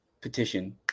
petition